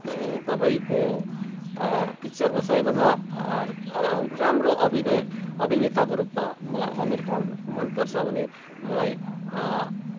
तपाईँको पिक्चरमा सबैभन्दा रा राम्रो अभिनय अभिनेताको रूपमा मलाई अमिर खान मनपर्छ भने मलाई